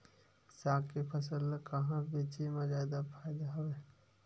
साग के फसल ल कहां बेचे म जादा फ़ायदा हवय?